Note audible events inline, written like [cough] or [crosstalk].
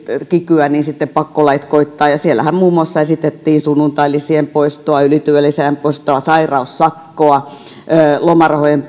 kikyä niin sitten pakkolait koittavat ja siellähän muun muassa esitettiin sunnuntailisien poistoa ylityölisän poistoa sairaussakkoa lomarahojen [unintelligible]